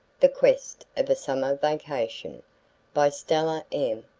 the quest of a summer vacation by stella m.